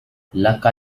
لقد